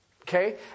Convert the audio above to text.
Okay